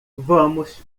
vamos